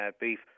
beef